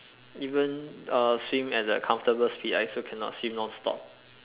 even uh swim at a comfortable speed I also cannot swim non stop